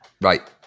Right